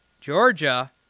Georgia